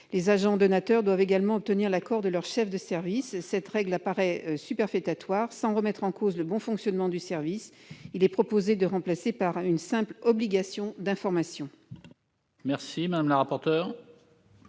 Les agents « donateurs » doivent également obtenir l'accord de leur chef de service. Cette règle paraît superfétatoire : sans remettre en cause le bon fonctionnement du service, il est proposé de la remplacer par une simple obligation d'information.